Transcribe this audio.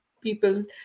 people's